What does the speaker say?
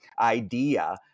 idea